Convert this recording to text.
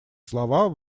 слова